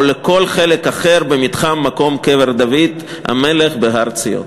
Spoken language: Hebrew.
או כל חלק אחר במתחם קבר דוד המלך בהר-ציון.